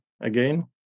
again